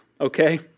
okay